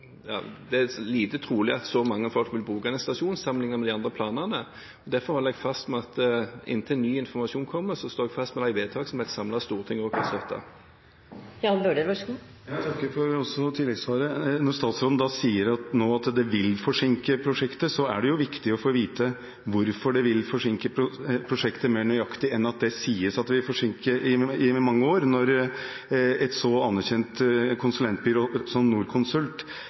bruke denne stasjonen – sammenlignet med de andre planene. Derfor holder jeg fast på – inntil ny informasjon kommer – de vedtak som et samlet storting også … Jeg takker også for tilleggssvaret. Når statsråden nå sier at det vil forsinke prosjektet, er det jo viktig å få vite hvorfor det vil forsinke prosjektet mer nøyaktig enn at det sies at det vil forsinkes med mange år – når et så anerkjent konsulentbyrå som Norconsult